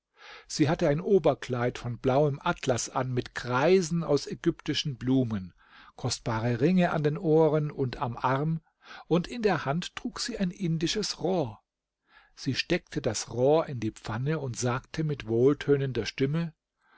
sie hatte ein oberkleid von blauem atlas an mit kreisen aus ägyptischen blumen kostbare ringe an den ohren und am arm und in der hand trug sie ein indisches rohr sie steckte das rohr in die pfanne und sagte mit wohltönender stimme